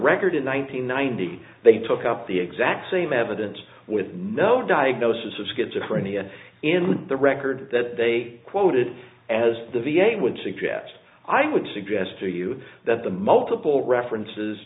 record in one nine hundred ninety they took up the exact same evidence with no diagnosis of schizophrenia in the record that they quoted as the v a would suggest i would suggest to you that the multiple references